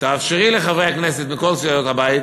תאפשרי לחברי הכנסת מכל סיעות הבית